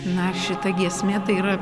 na šita giesmė yra